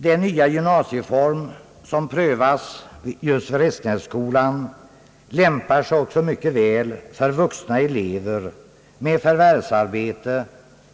Den nya gymnasieformen som prövas just vid Restenässkolan lämpar sig också mycket väl för vuxna elever med förvärvsarbete